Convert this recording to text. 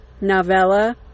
novella